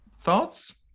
Thoughts